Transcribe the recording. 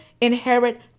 inherit